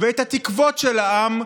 ואת התקוות של העם,